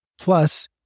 Plus